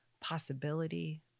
possibility